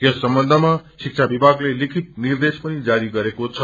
यस सम्बन्धमा शिक्षा विभाग्ले लिनखित निद्रेश पनि जारी गरेको छ